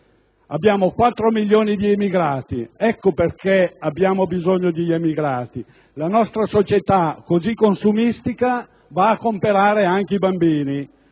Abbiamo quattro milioni di immigrati; ecco perché abbiamo bisogno di immigrati, la nostra società così consumistica va a comprare anche i bambini.